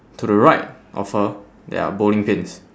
to the right of her there are bowling pins